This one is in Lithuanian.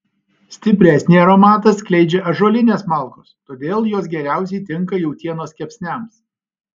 stipresnį aromatą skleidžia ąžuolinės malkos todėl jos geriausiai tinka jautienos kepsniams